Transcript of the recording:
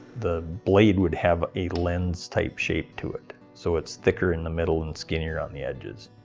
the blade would have a lens type shape to it so it's thicker in the middle and skinnier on the edges.